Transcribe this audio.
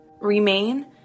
Remain